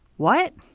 what!